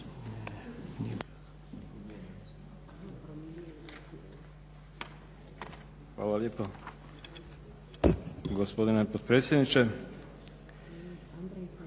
Hvala lijepo gospodine potpredsjedniče.